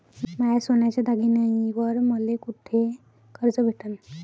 माया सोन्याच्या दागिन्यांइवर मले कुठे कर्ज भेटन?